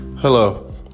Hello